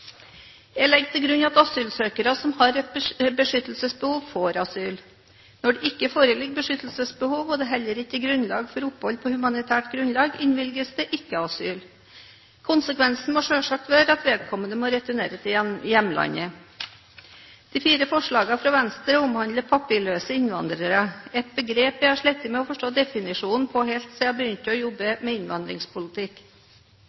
Jeg legger til grunn at asylsøkere som har et beskyttelsesbehov, får asyl. Når det ikke foreligger beskyttelsesbehov og det heller ikke er grunnlag for opphold på humanitært grunnlag, innvilges det ikke asyl. Konsekvensen må selvfølgelig være at vedkommende må returnere til hjemlandet. De fire forslagene fra Venstre omhandler papirløse innvandrere, et begrep jeg har slitt med å forstå definisjonen av helt siden jeg begynte å